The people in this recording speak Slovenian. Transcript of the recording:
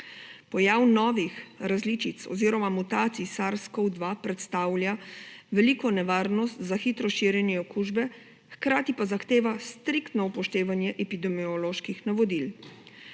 Pojav novih različic oziroma mutacij SARS-CoV-2 predstavlja veliko nevarnost za hitro širjenje okužbe, hkrati pa zahteva striktno upoštevanje epidemioloških navodil.